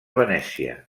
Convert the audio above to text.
venècia